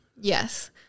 Yes